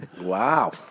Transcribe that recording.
Wow